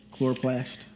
Chloroplast